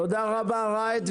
תודה רבה, ראד.